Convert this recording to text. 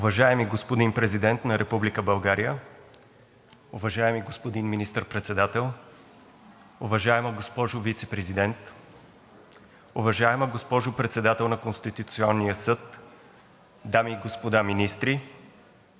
Уважаеми господин Президент на Република България, уважаеми господин Министър-председател, уважаема госпожо Вицепрезидент, уважаема госпожо Председател на Конституционния съд, дами и господа министри,